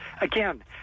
Again